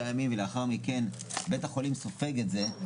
ימים ולאחר מכן בית החולים סופג את זה,